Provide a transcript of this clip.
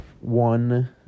one